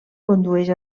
condueix